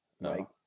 No